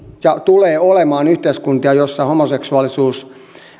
ja tulee olemaan yhteiskuntia joissa homoseksuaalisuus